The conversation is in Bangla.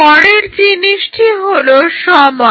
পরের জিনিসটি হলো সময়